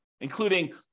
including